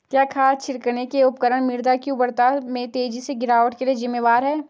क्या खाद छिड़कने के उपकरण मृदा की उर्वरता में तेजी से गिरावट के लिए जिम्मेवार हैं?